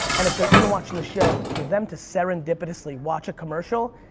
and if they're even watching the show for them to serendipitously watch a commercial,